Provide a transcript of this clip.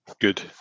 Good